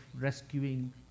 rescuing